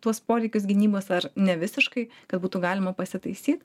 tuos poreikius gynybos ar nevisiškai kad būtų galima pasitaisyt